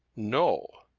no!